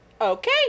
okay